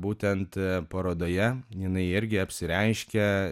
būtent parodoje jinai irgi apsireiškia